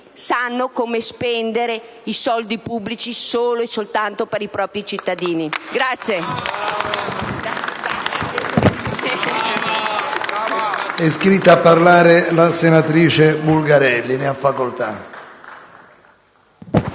sanno come spendere i soldi pubblici solo e soltanto per i propri cittadini. *(Vivi